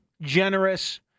generous